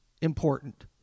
important